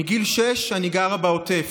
מגיל שש אני גרה בעוטף.